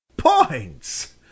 points